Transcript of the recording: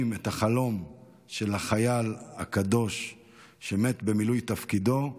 את החלום של החייל הקדוש שמת במילוי תפקידו,